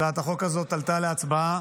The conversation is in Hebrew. הצעת החוק הזאת עלתה להצבעה